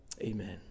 Amen